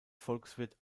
volkswirt